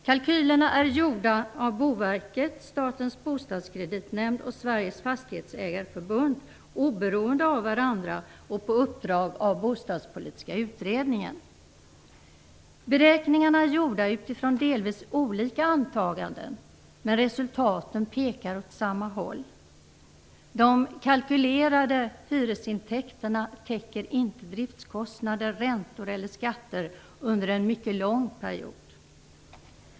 Kalkylerna är gjorda av Boverket, Statens bostadskreditnämnd och Sveriges Fastighetsägareförbund, oberoende av varandra och på uppdrag av den bostadspolitiska utredningen. Beräkningarna är gjorda utifrån delvis olika antaganden, men resultaten pekar åt samma håll. De kalkylerade hyresintäkterna täcker inte driftkostnader, räntor eller skatter under en mycket lång period.